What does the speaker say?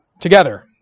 together